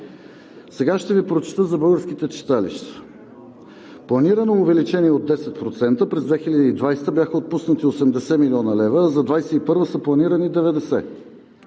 Сега ще Ви прочета за българските читалища. Планирано увеличение от 10% през 2020 г. бяха отпуснати 80 млн. лв., а за 2021 г. са планирани – 90 млн.